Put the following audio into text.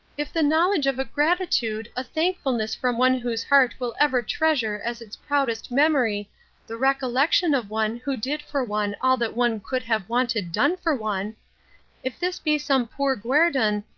if the knowledge of a gratitude, a thankfulness from one whose heart will ever treasure as its proudest memory the recollection of one who did for one all that one could have wanted done for one if this be some poor guerdon,